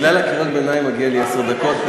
בגלל קריאות הביניים מגיעות לי עשר דקות,